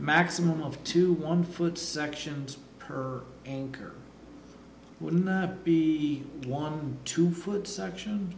maximum of two one food sections per anchor would not be one two foot section